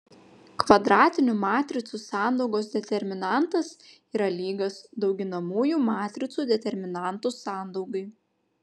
kvadratinių matricų sandaugos determinantas yra lygus dauginamųjų matricų determinantų sandaugai